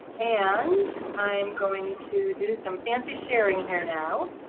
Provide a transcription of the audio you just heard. and i'm going to do some fancy sharing here now,